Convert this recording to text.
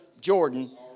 Jordan